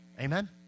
Amen